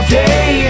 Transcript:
day